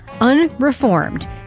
Unreformed